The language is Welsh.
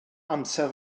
amser